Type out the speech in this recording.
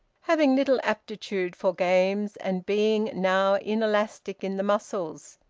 having little aptitude for games, and being now inelastic in the muscles.